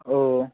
ও